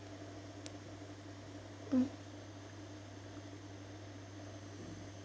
mm